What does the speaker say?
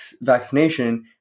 vaccination